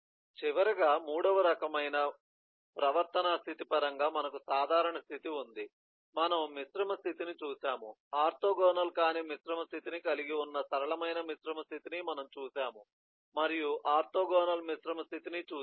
చివరగా మూడవ రకమైన ప్రవర్తనా స్థితి పరంగా మనకు సాధారణ స్థితి ఉంది మనము మిశ్రమ స్థితిని చూశాము ఆర్తోగోనల్ కాని మిశ్రమ స్థితిని కలిగి ఉన్న సరళమైన మిశ్రమ స్థితిని మనము చూశాము మరియు ఆర్తోగోనల్ మిశ్రమ స్థితిని చూశాము